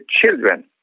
children